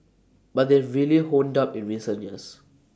but they've really honed up in recent years